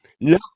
no